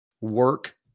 work